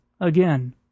Again